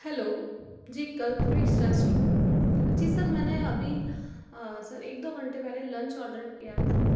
hello ji Kalpavriksha resto ji sir मैंने अभी sir एक दो घंटे पहले लंच ऑर्डर किया था